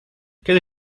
kiedy